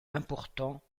important